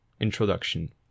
Introduction